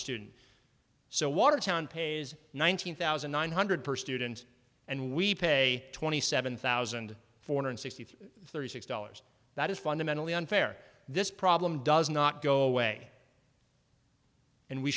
student so watertown pays nineteen thousand nine hundred per student and we pay twenty seven thousand four hundred sixty five thirty six dollars that is fundamentally unfair this problem does not go away and we